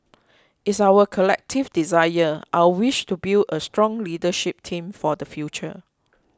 it's our collective desire our wish to build a strong leadership team for the future